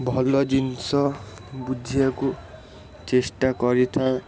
ଭଲ ଜିନିଷ ବୁଝିବାକୁ ଚେଷ୍ଟା କରିଥାଏ